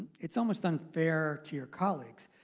it's almost unfair to your colleagues.